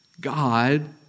God